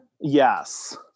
yes